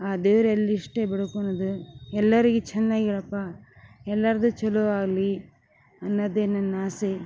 ಆ ದೇವರಲ್ಲಿ ಅಷ್ಟೇ ಬೇಡ್ಕೊಳೋದು ಎಲ್ಲರಿಗೆ ಚೆನ್ನಾಗಿರಪ್ಪ ಎಲ್ಲರದು ಛಲೋ ಆಗಲಿ ಅನ್ನದೇ ನನ್ನ ಆಸೆ